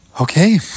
okay